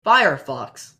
firefox